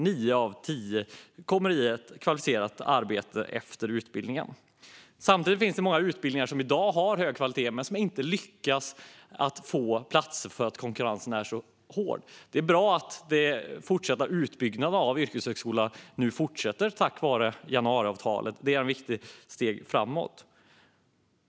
Nio av tio kommer i ett kvalificerat arbete efter utbildningen. Samtidigt finns det många utbildningar som i dag har hög kvalitet men som inte lyckas att få platser för att konkurrensen är så hård. Det är bra att utbyggnaden av yrkeshögskolan nu fortsätter tack vare januariavtalet. Det är ett viktigt steg framåt.